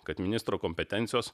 kad ministro kompetencijos